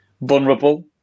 vulnerable